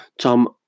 Tom